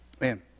Man